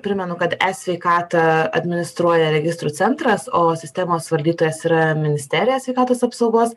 primenu kad e sveikatą administruoja registrų centras o sistemos valdytojas yra ministerija sveikatos apsaugos